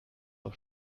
auf